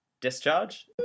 Discharge